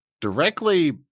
directly